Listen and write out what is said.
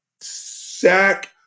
sack